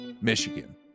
Michigan